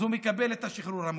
אז הוא מקבל את השחרור המוגבר.